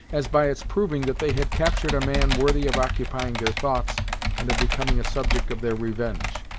as by its proving that they had captured a man worthy of occupying their thoughts and of becoming a subject of their revenge.